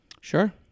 Sure